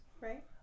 Right